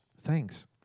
thanks